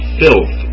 filth